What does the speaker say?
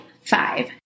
five